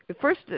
first